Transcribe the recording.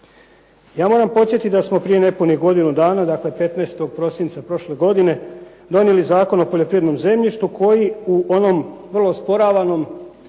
Ja moram podsjetiti da smo prije nepunih godinu dana, dakle 15. prosinca prošle godine donijeli Zakon o poljoprivrednom zemljištu koji u onom osporavanom